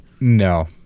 No